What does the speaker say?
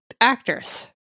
actors